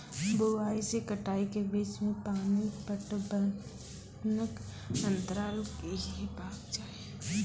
बुआई से कटाई के बीच मे पानि पटबनक अन्तराल की हेबाक चाही?